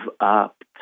up